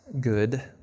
good